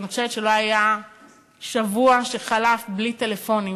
אני חושבת שלא היה שבוע שחלף בלי טלפונים,